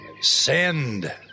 Send